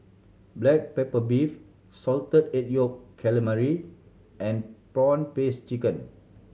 black pepper beef Salted Egg Yolk Calamari and prawn paste chicken